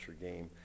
game